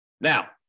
Now